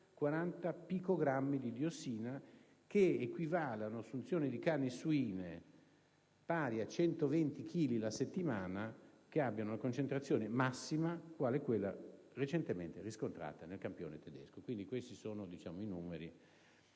840 picogrammi di diossina, che equivale ad una assunzione di carni suine pari a 120 chili la settimana che abbiano concentrazione massima quale quella recentemente riscontrata nel campione tedesco. Questi, quindi, i numeri.